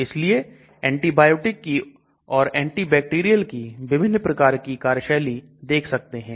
इसलिए एंटीबायोटिक की और एंटीबैक्टीरियल की विभिन्न प्रकार की कार्यशैली देख सकते हैं